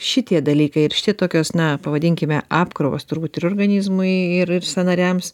šitie dalykai ir šitokios na pavadinkime apkrovos turbūt ir organizmui ir sąnariams